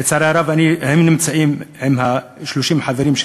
ולצערי הרב הם נמצאים עם 30 החברים של